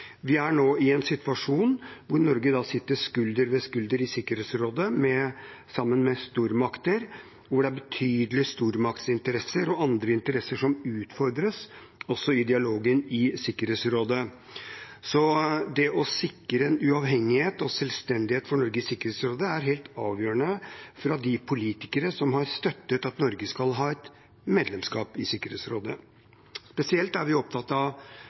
Vi er nå i en situasjon hvor Norge sitter skulder ved skulder i Sikkerhetsrådet med stormakter, og det er betydelige stormaktsinteresser og andre interesser som utfordres også i dialogen i Sikkerhetsrådet. Det å sikre en uavhengighet og selvstendighet for Norge i Sikkerhetsrådet er helt avgjørende for de politikere som har støttet at Norge skal ha medlemskap i Sikkerhetsrådet. Spesielt er vi opptatt av